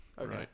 Okay